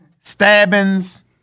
stabbings